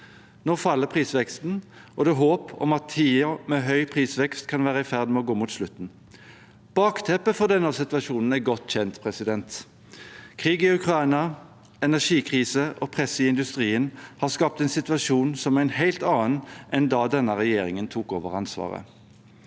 Nå faller prisveksten, og det er håp om at tiden med høy prisvekst kan være i ferd med å gå mot slutten. Bakteppet for denne situasjonen er godt kjent. Krig i Ukraina, energikrise og press i industrien har skapt en situasjon som er en helt annen enn da denne regjeringen tok over ansvaret.